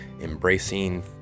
embracing